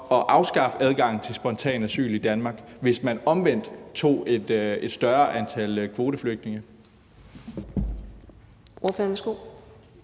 at afskaffe adgangen til spontant asyl i Danmark, hvis man omvendt tog et større antal kvoteflygtninge.